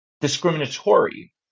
discriminatory